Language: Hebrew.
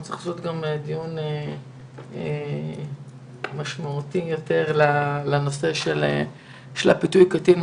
נצטרך לעשות גם דיון משמעותי יותר על נושא פיתוי קטין,